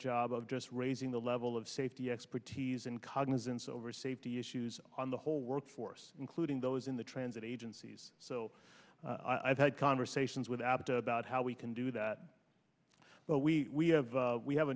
job of just raising the level of safety expertise and cognizance over safety issues on the whole workforce including those in the transit agencies so i've had conversations with abt about how we can do that but we have we have a